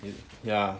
ya